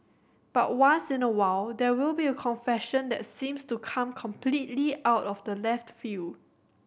but once in a while there will be a confession that seems to come completely out of left field